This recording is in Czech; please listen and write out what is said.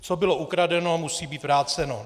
Co bylo ukradeno, musí být vráceno.